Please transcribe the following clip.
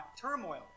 turmoil